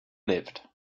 lived